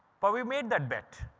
but we made that bet.